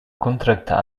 contractar